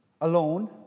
Alone